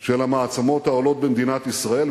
של המעצמות העולות במדינת ישראל,